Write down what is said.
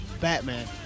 Batman